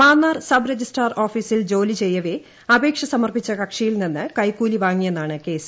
Mannar sub registrar ഓഫിസിൽ ജോലി ചെയ്യവെ അപേക്ഷ സമർപ്പിച്ച കക്ഷിയിൽ നിന്ന് കൈക്കൂലി വാങ്ങിയെന്നാണ് കേസ്